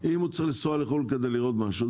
ואם הוא צריך לנסוע לחו"ל כדי לראות משהו,